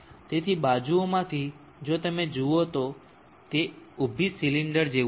તેથી બાજુઓમાંથી જો તમે જુઓ તો તે ઊભી સિલિન્ડર જેવું છે